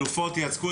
לנסוע.